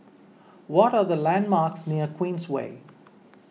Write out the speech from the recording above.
what are the landmarks near Queensway